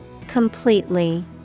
Completely